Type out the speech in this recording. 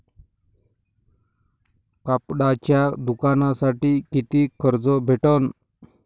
कापडाच्या दुकानासाठी कितीक कर्ज भेटन?